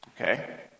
Okay